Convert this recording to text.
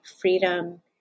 freedom